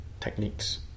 techniques